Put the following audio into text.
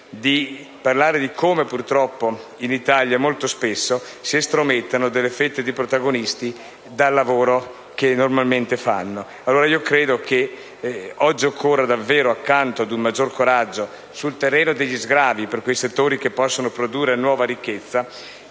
di parlare di come purtroppo in Italia molto spesso si estromettano fette di protagonisti dal lavoro che normalmente svolgono. Ebbene, credo che oggi occorra davvero, accanto ad un maggior coraggio sul terreno degli sgravi per quei settori in grado di produrre nuova ricchezza,